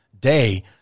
day